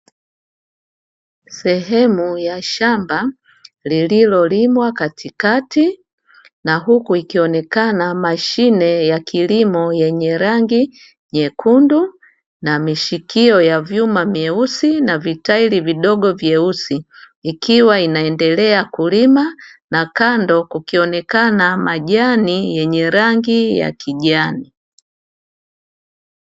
Sehemu ya shamba lililolimwa katikati na huku ikionekana mashine ya kilimo yenye rangi nyekundu na mishikio ya vyuma meusi na vitairi vidogo vyeusi, ikiwa inaendelea kulima. Na kando kukionekana majani yenye rangi ya kijani.